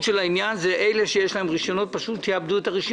תהיה שאלו שיש להם רישיונות פשוט יאבדו אותם.